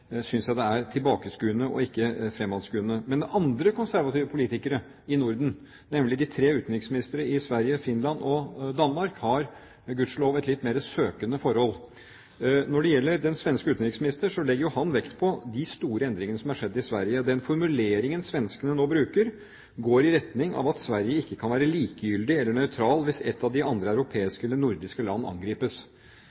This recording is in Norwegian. synes jeg det er tilbakeskuende og ikke fremadskuende. Andre konservative politikere i Norden, nemlig utenriksministrene i Sverige, Finland og Danmark, har gudskjelov et litt mer søkende forhold. Når det gjelder den svenske utenriksminister, legger han vekt på de store endringene som har skjedd i Sverige. Den formuleringen svenskene nå bruker, går i retning av at Sverige ikke kan være likegyldig eller nøytral hvis et av de andre